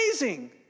amazing